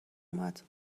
اومد